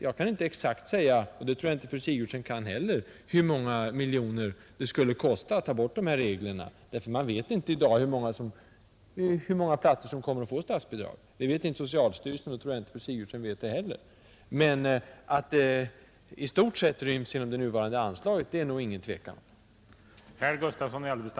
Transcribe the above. Jag kan inte exakt säga — och det tror jag inte heller att fru Sigurdsen kan — hur många miljoner det skulle kosta att ta bort dessa spärregler; man vet inte i dag hur många platser som kommer att få statsbidrag. Det vet inte socialstyrelsen, och då tror jag inte att fru Sigurdsen heller vet det. Men att det i stort sett ryms inom det nuvarande anslaget vågar man nog förmoda.